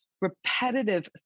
repetitive